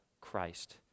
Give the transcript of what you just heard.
Christ